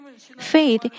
Faith